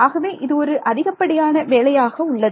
ஆகவே இது ஒரு அதிகப்படியான வேலையாக உள்ளது